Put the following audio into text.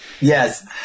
Yes